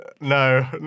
No